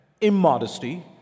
immodesty